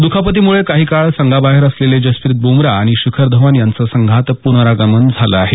दखापतीमुळे काही काळ संघाबाहेर असलेले जसप्रीत बुमराह आणि शिखर धवन यांचं संघात पुनरागमन झाल आहे